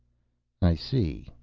i see.